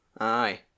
Aye